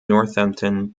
northampton